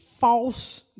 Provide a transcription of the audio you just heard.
false